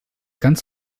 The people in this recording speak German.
ganz